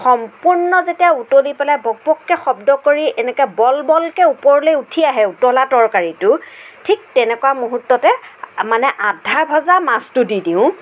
সম্পূৰ্ণ যেতিয়া উতলি পেলাই বকবককৈ শব্দ কৰি এনেকে বল বলকৈ ওপৰলে উঠি আহে উতলা তৰকাৰীটো ঠিক তেনেকুৱা মূহূৰ্ত্ততে মানে আধা ভজা মাছটো দি দিওঁ